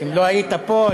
אם לא היית פה,